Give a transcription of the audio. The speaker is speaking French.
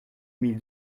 mille